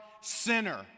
sinner